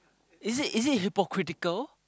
is it is it hypocritical